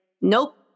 Nope